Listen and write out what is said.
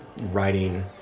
writing